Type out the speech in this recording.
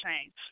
change